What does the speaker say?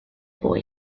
boy